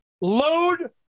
load